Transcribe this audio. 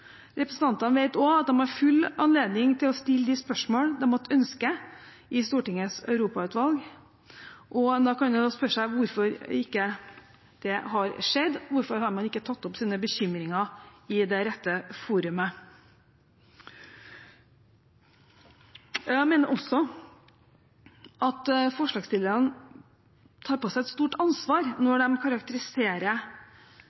Representantene vet også at de har full anledning til å stille de spørsmålene de måtte ønske i Stortingets europautvalg, og en kan jo spørre seg hvorfor det ikke har skjedd. Hvorfor har man ikke tatt opp sine bekymringer i det rette forumet? Jeg mener også at forslagsstillerne tar på seg et stort ansvar når de karakteriserer